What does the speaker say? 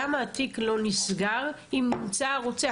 למה התיק לא נסגר אם נמצא הרוצח?